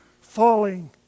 falling